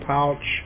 Pouch